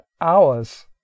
hours